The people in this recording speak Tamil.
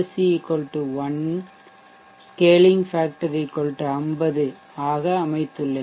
சி 1 ஸ்கேலிங் ஃபேக்ட்டர் 50 ஆக அமைத்துள்ளேன்